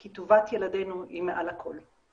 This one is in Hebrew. כי טובת ילדינו היא מעל הכול.